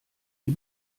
die